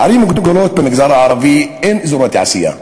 בערים גדולות במגזר הערבי אין אזורי תעשייה.